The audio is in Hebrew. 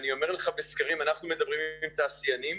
אנחנו מדברים עם תעשיינים,